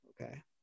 Okay